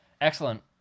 Excellent